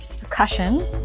percussion